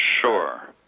Sure